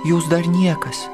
jūs dar niekas